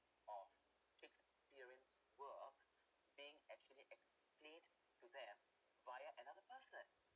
of shakespearean's work being actually explained to them via another person